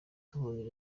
tubonye